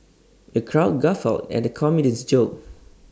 the crowd guffawed at the comedian's jokes